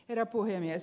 herra puhemies